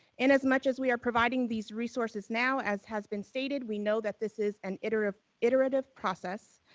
and as much as we are providing these resources now as has been stated, we know that this is an iterative iterative process.